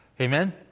Amen